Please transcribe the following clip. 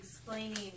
Explaining